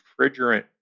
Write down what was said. refrigerant